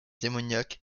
démoniaque